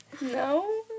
No